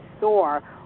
soar